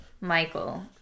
Michael